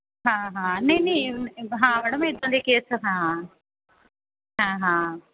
ਹਾਂ ਹਾਂ ਨਹੀਂ ਨਹੀਂ ਹਾਂ ਮੈਡਮ ਇੱਦਾਂ ਦੇ ਕੇਸ ਹਾਂ ਹਾਂ ਹਾਂ